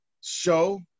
show